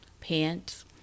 pants